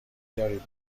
دارید